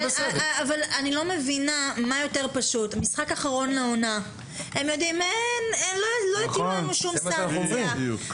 במשחק האחרון לעונה הם יודעים שלא יטילו עליהם שום סנקציה.